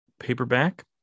paperback